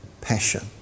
passion